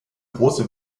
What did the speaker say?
große